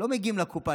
לא מגיעים לקופה.